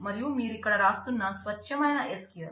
మరియు మీరు ఇక్కడ రాస్తున్న స్వచ్ఛమైన SQL ఇది